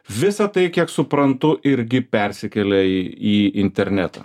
visa tai kiek suprantu irgi persikėlė į į internetą